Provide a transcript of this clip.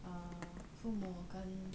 err 父母跟